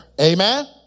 Amen